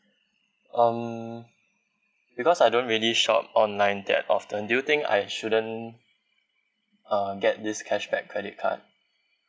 um because I don't really shop online that often do you think I shouldn't uh get this cashback credit card